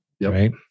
Right